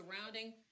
surrounding